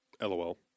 LOL